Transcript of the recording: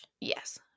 Yes